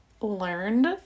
learned